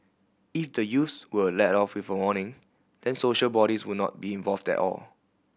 if the youths were let off with a warning then social bodies would not be involved at all